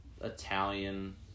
Italian